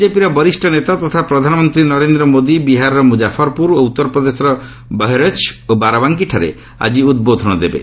ବିଜେପିର ବରିଷ୍ଣ ନେତା ତଥା ପ୍ରଧାନମନ୍ତ୍ରୀ ନରେନ୍ଦ୍ର ମୋଦି ବିହାରର ମୁଜାଫରପୁର ଓ ଉତ୍ତରପ୍ରଦେଶର ବହରାଇଚ୍ ଓ ବାରବାଙ୍କୀଠାରେ ଆଜି ଉଦ୍ବୋଧନ ଦେବେ